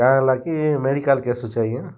କାଏଁ ହେଲାକି medical case ଅଛେ ଆଜ୍ଞା